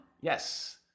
Yes